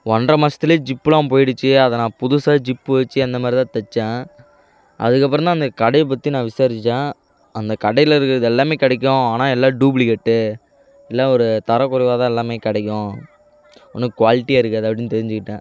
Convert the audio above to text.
ஒன்றரை மாசத்துலே ஜிப்புலாம் போயிடுச்சு அதை நான் புதுசாக ஜிப்பு வச்சு அந்த மாதி ரிதான் தச்சேன் அதுக்கப்புறந்தான் அந்த கடையை பற்றி நான் விசாரிச்சேன் அந்த கடையில் இருக்கிறது எல்லாமே கிடைக்கும் ஆனால் எல்லாம் டூப்ளிகேட்டு எல்லாம் ஒரு தரக்குறைவாதான் எல்லாமே கிடைக்கும் ஒன்றும் குவாலிட்டியாக இருக்காது அப்படின்னு தெரிஞ்சுக்கிட்டேன்